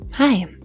Hi